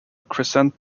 crescent